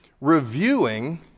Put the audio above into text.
reviewing